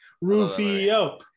rufio